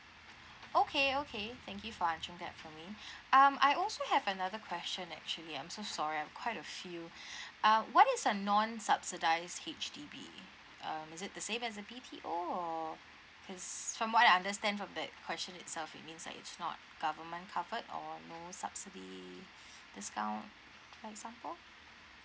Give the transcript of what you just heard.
okay okay thank you for answering that for me um I also have another question actually I'm so sorry I've quite a few uh what is a non subsidise H_D_B um is it the same as a B_T_O or cause from what I understand from the question itself it means like it's not government covered or no subsidy discount for example